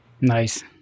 Nice